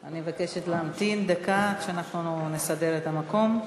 אני מבקשת להמתין דקה, עד שאנחנו נסדר את המקום.